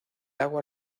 lago